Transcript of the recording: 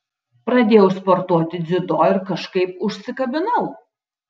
pradėjau sportuoti dziudo ir kažkaip užsikabinau